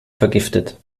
vergiftet